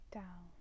down